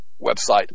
website